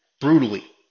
Brutally